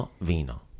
Vino